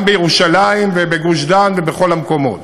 גם בירושלים ובגוש-דן ובכל המקומות.